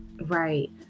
Right